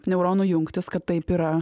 neuronų jungtys kad taip yra